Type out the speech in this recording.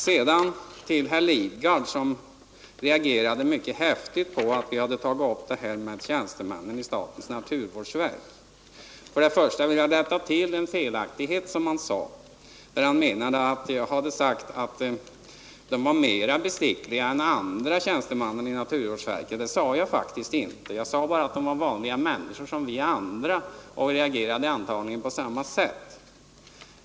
Herr Lidgard reagerade mycket häftigt över att vi hade nämnt tjänstemännen i statens naturvårdsverk. Till att börja med vill jag rätta till en felaktighet i det han sade. Han anförde att jag skulle ha sagt att tjänstemännen i naturvårdsverket är mer bestickliga än andra. Det sade jag faktiskt inte! Jag sade bara att de är vanliga människor som vi andra och antagligen reagerar på samma sätt.